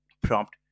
prompt